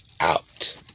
out